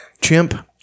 chimp